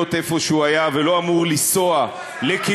איפה שהוא היה ולא אמור לנסוע לכיוון,